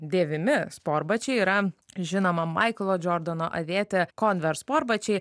dėvimi sportbačiai yra žinoma maiklo džordano avėti converse sportbačiai